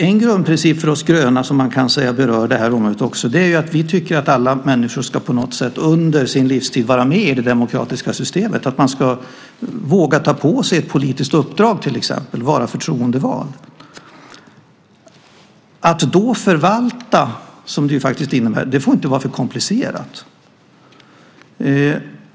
En grundprincip för oss gröna som man kan säga berör också det här området är att vi tycker att alla människor på något sätt under sin livstid ska vara med i det demokratiska systemet. Man ska våga ta på sig ett politiskt uppdrag till exempel och vara förtroendevald. Att då förvalta, som det faktiskt innebär, får inte vara för komplicerat.